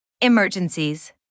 Emergencies